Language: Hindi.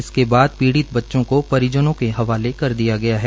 इसके बाद पीडि़त बच्चों को परिजनों के हवाले कर दिया गया है